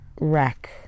wreck